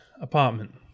apartment